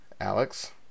Alex